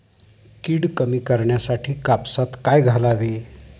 कीड कमी करण्यासाठी कापसात काय घालावे?